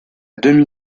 demi